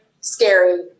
scary